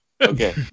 Okay